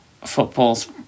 football's